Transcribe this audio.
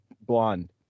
blonde